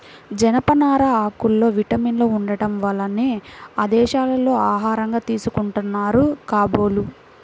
జనపనార ఆకుల్లో విటమిన్లు ఉండటం వల్లనే ఆ దేశాల్లో ఆహారంగా తీసుకుంటున్నారు కాబోలు